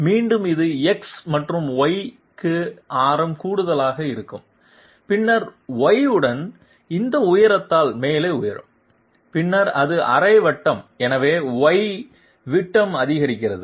மீண்டும் இது X மற்றும் Y க்கு ஆரம் கூடுதலாக இருக்கும் பின்னர் Y உடன் இந்த உயரத்தால் மேலே உயரும் பின்னர் அது அரை வட்டம் எனவே Y விட்டம் அதிகரிக்கிறது